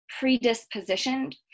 predispositioned